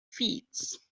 feeds